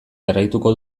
jarraituko